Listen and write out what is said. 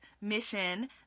mission